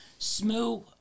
Smooth